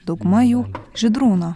dauguma jų žydrūno